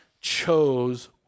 chose